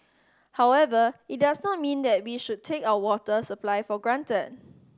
however it does not mean that we should take our water supply for granted